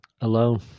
alone